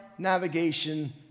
navigation